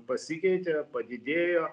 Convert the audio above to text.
pasikeitė padidėjo